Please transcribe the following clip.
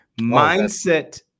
Mindset